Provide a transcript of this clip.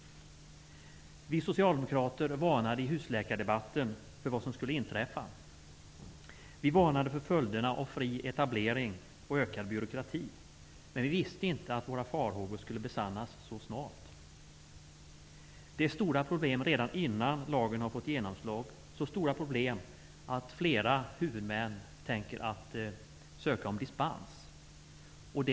Vi socialdemokrater varnade i husläkardebatten för vad som skulle kunna inträffa. Vi varnade för följderna av fri etablering och ökad byråkrati. Men vi visste inte att våra farhågor skulle besannas så snart. Problemen är stora redan innan lagen har fått genomslag. De är så stora att flera huvudmän avser att söka dispens från lagen.